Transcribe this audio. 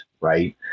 Right